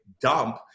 dump